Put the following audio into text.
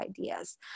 ideas